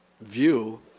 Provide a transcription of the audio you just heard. view